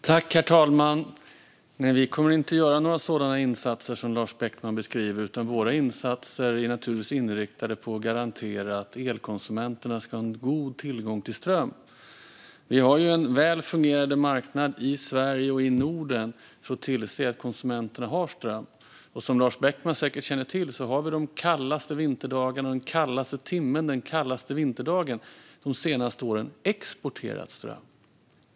Herr talman! Nej, vi kommer inte att göra några sådana insatser som Lars Beckman beskriver. Våra insatser är naturligtvis inriktade på att garantera att elkonsumenterna ska ha en god tillgång till ström. Vi har en väl fungerande marknad i Sverige och Norden för att tillse att konsumenterna har ström. Som Lars Beckman säkert känner till har vi under den kallaste timmen den kallaste vinterdagen de senaste åren exporterat ström.